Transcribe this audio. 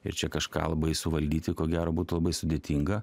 ir čia kažką labai suvaldyti ko gero būtų labai sudėtinga